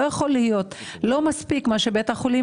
בית החולים